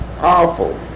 awful